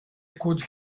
could